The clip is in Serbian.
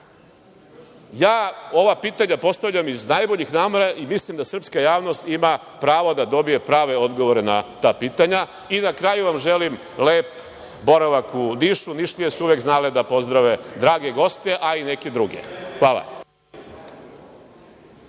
vidimo? Ova pitanja postavljam iz najboljih namera i mislim da srpska javnost ima pravo da dobije prave odgovore na ta pitanja. Na kraju vam želim lep boravak u Nišu. Nišlije su uvek znale da pozdrave drage goste, a i neke druge. Hvala.